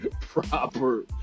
proper